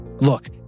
look